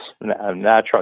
natural